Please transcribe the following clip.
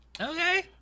Okay